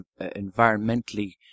environmentally